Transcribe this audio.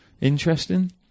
Interesting